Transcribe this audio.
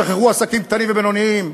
שחררו עסקים קטנים ובינוניים.